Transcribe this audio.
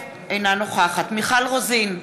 אינה נוכחת מיכל רוזין,